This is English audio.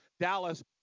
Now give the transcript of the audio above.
Dallas